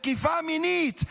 תקיפה מינית,